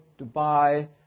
Dubai